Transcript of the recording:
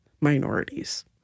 minorities